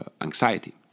anxiety